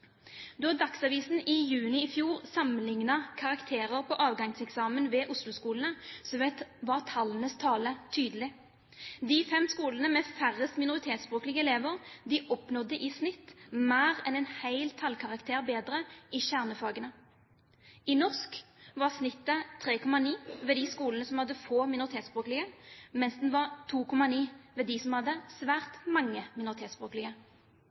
Da Dagsavisen i juni i fjor sammenlignet karakterer på avgangseksamen ved Oslo-skolene, var tallenes tale tydelig: De fem skolene med færrest minoritetsspråklige elever oppnådde i snitt mer enn en hel tallkarakter bedre i kjernefagene. I norsk var snittet 3,9 ved de skolene som hadde få minoritetsspråklige, mens den var 2,9 ved skolene med svært mange minoritetsspråklige.